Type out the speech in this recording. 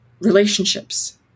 relationships